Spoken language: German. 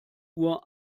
uhr